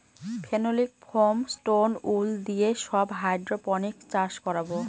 phenolic foam, stone wool দিয়ে সব hydroponics চাষ করাবো